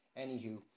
anywho